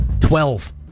Twelve